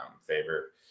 favor